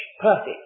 perfect